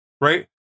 right